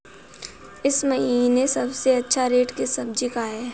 इस महीने सबसे अच्छा रेट किस सब्जी का है?